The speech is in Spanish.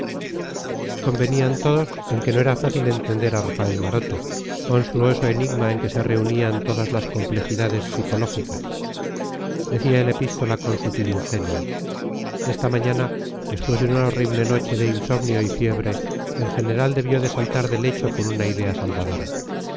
convenían todos en que no era fácil entender a rafael maroto monstruoso enigma en que se reunían todas las complejidades psicológicas decía el epístola con sutil ingenio esta mañana después de una horrible noche de insomnio y fiebre el general debió de saltar del lecho con una idea salvadora